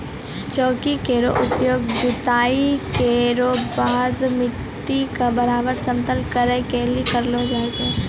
चौकी केरो उपयोग जोताई केरो बाद मिट्टी क बराबर समतल करै लेलि करलो जाय छै